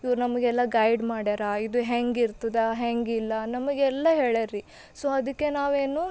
ಇವ್ರು ನಮಗೆಲ್ಲ ಗೈಡ್ ಮಾಡ್ಯಾರ ಇದು ಹೆಂಗಿರ್ತದ ಹೆಂಗಿಲ್ಲ ನಮಗೆಲ್ಲ ಹೇಳ್ಯಾರ ರೀ ಸೊ ಅದಕ್ಕೆ ನಾವು ಏನು